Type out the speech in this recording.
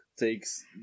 takes